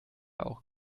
auch